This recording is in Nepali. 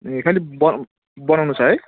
ए खालि ब बनाउनु छ है